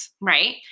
right